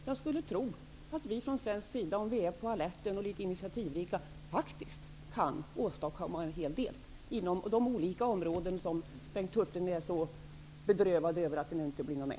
Jag skulle tro att vi från svensk sida, om vi är på alerten och initiativrika, faktiskt kan åstadkomma en hel del inom de olika områden som Bengt Hurtig är så bedrövad över att det inte blir något med.